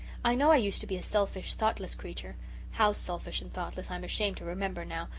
i know i used to be a selfish, thoughtless creature how selfish and thoughtless i am ashamed to remember now,